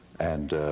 and